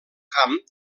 camp